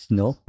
no